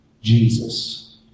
Jesus